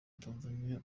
tanzania